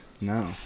No